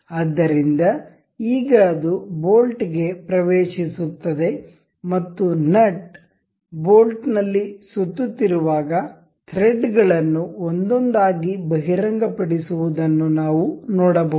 ಆದ್ದರಿಂದ ಈಗ ಅದು ಬೋಲ್ಟ್ಗೆ ಪ್ರವೇಶಿಸುತ್ತದೆ ಮತ್ತು ನಟ್ ಬೋಲ್ಟ್ ನಲ್ಲಿ ಸುತ್ತುತ್ತಿರುವಾಗ ಥ್ರೆಡ್ಗಳನ್ನು ಒಂದೊಂದಾಗಿ ಬಹಿರಂಗಪಡಿಸುವುದನ್ನು ನಾವು ನೋಡಬಹುದು